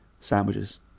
sandwiches